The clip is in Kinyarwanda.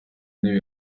ntebe